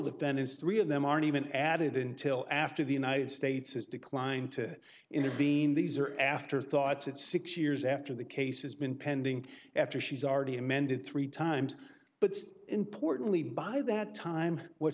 is three of them aren't even added until after the united states has declined to intervene these are afterthoughts at six years after the case has been pending after she's already amended three times but importantly by that time what